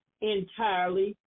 entirely